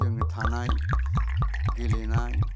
जोङो थानाय गेलेनाय